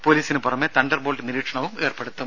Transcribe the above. പോലീസിന് പുറമേ Thunderbolt നിരീക്ഷണവും ഏർപ്പെടുത്തും